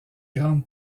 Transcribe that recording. grande